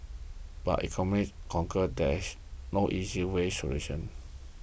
but economists concur dash no easy way solution